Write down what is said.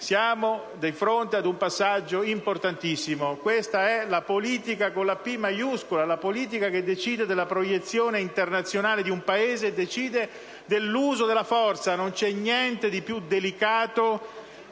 Siamo di fronte ad un passaggio importantissimo. Questa è la politica con la "p" maiuscola, la politica che decide della proiezione internazionale di un Paese e dell'uso della forza. Non esiste niente di più delicato